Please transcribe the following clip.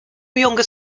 younger